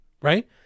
right